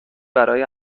برای